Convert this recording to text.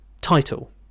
title